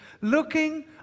looking